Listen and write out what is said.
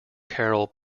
carroll